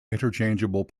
interchangeable